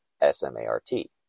S-M-A-R-T